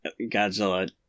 Godzilla